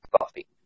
coffee